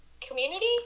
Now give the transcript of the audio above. community